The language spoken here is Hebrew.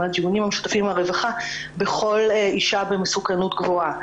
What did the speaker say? קיום דיונים משותפים עם הרווחה לגבי כל אישה במסוכנות גבוהה,